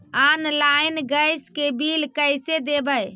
Online gas के bill कैसे देबै?